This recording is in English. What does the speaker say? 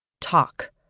Talk